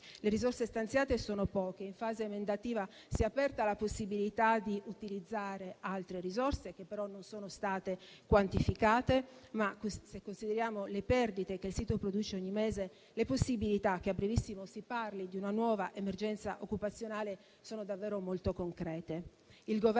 Le risorse stanziate sono poche. In fase emendativa si è aperta la possibilità di utilizzare altre risorse, che però non sono state quantificate; ma, se consideriamo le perdite che il sito produce ogni mese, le possibilità che a brevissimo si parli di una nuova emergenza occupazionale sono davvero molto concrete.